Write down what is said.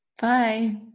bye